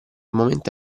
momento